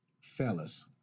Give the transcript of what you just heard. Fellas